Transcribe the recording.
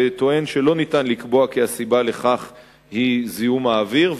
וטוען שאין אפשרות לקבוע שהסיבה לכך היא זיהום האוויר,